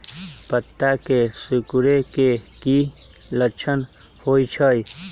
पत्ता के सिकुड़े के की लक्षण होइ छइ?